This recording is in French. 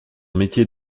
métier